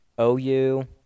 OU